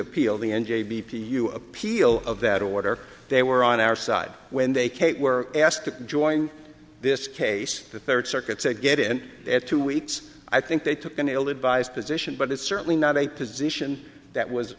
appeal the n j b p u appeal of that order they were on our side when they kate were asked to join this case the third circuit said get in two weeks i think they took an ill advised position but it's certainly not a position that was